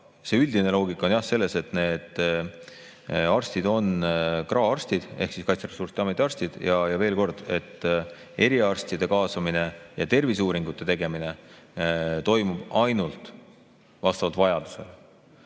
Üldine loogika on selles, et need arstid on KRA arstid ehk Kaitseressursside Ameti arstid. Veel kord: eriarstide kaasamine ja terviseuuringute tegemine toimub ainult vastavalt vajadusele.